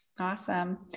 Awesome